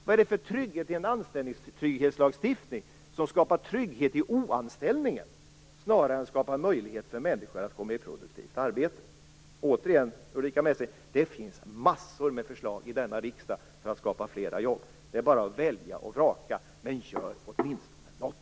Vad är det för trygghet i en anställningstrygghetslagstiftning som skapar trygghet i oanställningen snarare än att skapa möjlighet för människor att komma i produktivt arbete? Återigen, Ulrica Messing: Det finns mängder med förslag i denna riksdag för att skapa fler jobb! Det är bara att välja och vraka. Men gör åtminstone något!